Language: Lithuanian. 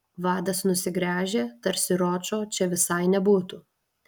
vadas nusigręžė tarsi ročo čia visai nebūtų